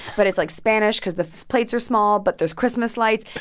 but it's, like, spanish because the plates are small. but there's christmas lights.